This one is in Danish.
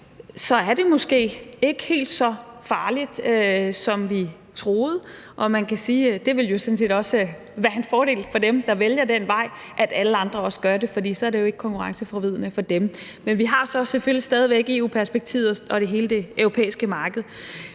er det måske ikke helt så farligt, som vi troede, og man kan sige, at det jo sådan set også være ville være en fordel for dem, der vælger den vej, at alle andre også gør det, for så er det jo ikke konkurrenceforvridende for dem. Men vi har så selvfølgelig stadig væk EU-perspektivet og hele det europæiske marked.